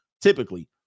Typically